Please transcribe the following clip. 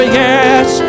yes